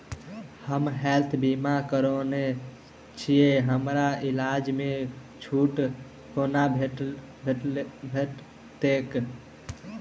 हम हेल्थ बीमा करौने छीयै हमरा इलाज मे छुट कोना भेटतैक?